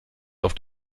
auf